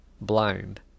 blind